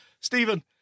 Stephen